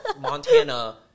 montana